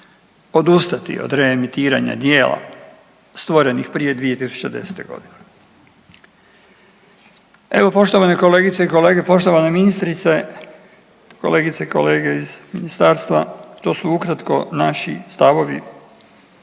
odustati od reemitiranja djela stvorenih prije 2010. godine. Evo poštovane kolegice i kolege, poštovana ministrice, kolegice i kolege iz Ministarstva to su ukratko naši stavovi